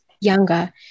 younger